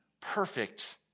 perfect